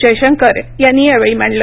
जयशंकर यांनी यावेळी मांडलं